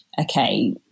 okay